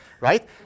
right